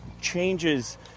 changes